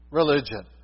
religion